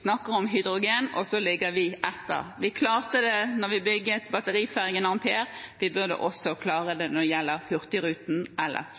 snakker om hydrogen, mens vi ligger etter. Vi klarte det da vi bygget batteriferjen Ampere, vi burde også klare det når det gjelder hurtigruten eller